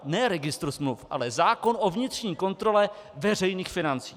Ne registr smluv, ale zákon o vnitřní kontrole veřejných financí.